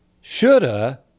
shoulda